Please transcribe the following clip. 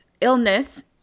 illness